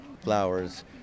flowers